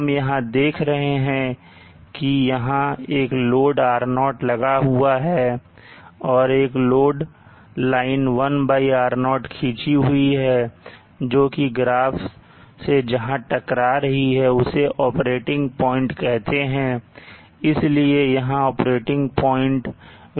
हम यहां देख रहे हैं कि यहां एक लोड R0लगा हुआ है और एक लोड लाइन 1R0 खींची हुई है जो कि ग्राफ से जहां टकरा रही है उसे ऑपरेटिंग प्वाइंट कहते हैं इसलिए यहां ऑपरेटिंग प्वाइंट vT और iT है